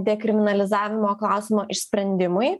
dekriminalizavimo klausimo išsprendimui